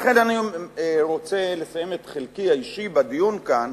אני רוצה לסיים את חלקי האישי בדיון כאן.